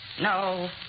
No